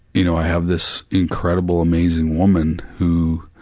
you know i have this incredible, amazing woman who,